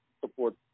support